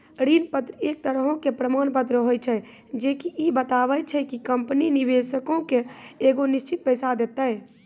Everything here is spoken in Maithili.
ऋण पत्र एक तरहो के प्रमाण पत्र होय छै जे की इ बताबै छै कि कंपनी निवेशको के एगो निश्चित पैसा देतै